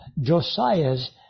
Josiah's